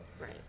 right